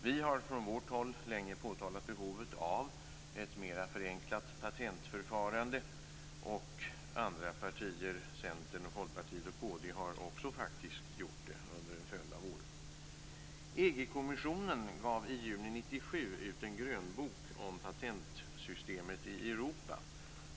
Vi har från vårt håll länge påtalat behovet av ett mer förenklat patentförfarande, och Centern, Folkpartiet och kd har faktiskt också gjort det under en följd av år. EG-kommissionen gav i juni 1997 ut en grönbok om patentsystemet i Europa.